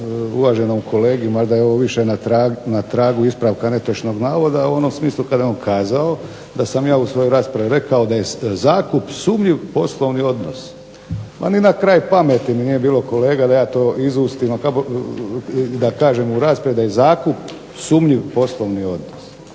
uvaženom kolegi, mada je ovo više na tragu ispravka netočnog navoda u onom smislu kada je on kazao da sam ja u svojoj raspravi rekao da je zakup sumnjiv poslovni odnos. Pa ni na kraj pameti mi nije bilo kolega da ja to izustim, a kamoli da kažem to u raspravi da je zakup sumnjiv poslovni odnos.